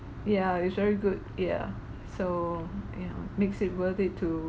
ya it's very good ya so yeah makes it worth it to